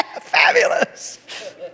fabulous